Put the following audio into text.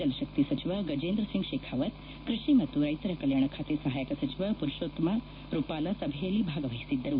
ಜಲಶಕ್ತಿ ಸಚಿವ ಗಜೇಂದ್ರಸಿಂಗ್ ಶೇಖಾವತ್ ಕೃಷಿ ಮತ್ತು ರೈತರ ಕಲ್ಲಾಣ ಖಾತೆ ಸಹಾಯಕ ಸಚಿವ ಪುರೋಷತ್ತಮ ರುಪಾಲಾ ಸಭೆಯಲ್ಲಿ ಭಾಗವಹಿಸಿದ್ದರು